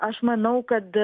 aš manau kad